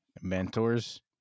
mentors